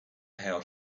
how